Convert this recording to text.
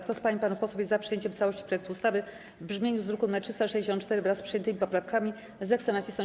Kto z pań i panów posłów jest za przyjęciem w całości projektu ustawy w brzmieniu z druku nr 364, wraz z przyjętymi poprawkami, zechce nacisnąć